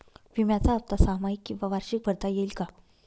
विम्याचा हफ्ता सहामाही किंवा वार्षिक भरता येईल का?